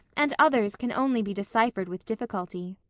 and others can only be deciphered with difficulty.